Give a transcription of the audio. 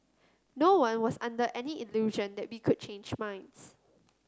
no one was under any illusion that we could change minds